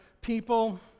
people